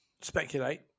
speculate